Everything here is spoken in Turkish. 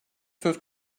söz